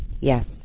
Yes